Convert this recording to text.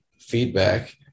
feedback